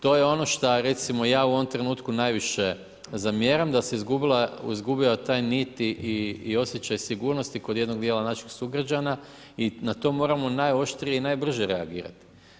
To je ono što, recimo, ja u ovom trenutku, najviše zamjeram da se izgubio taj nit i osjećaj sigurnosti, kod jednog dijela našeg sugrađana i na to moramo najoštrije i najbrže reagirati.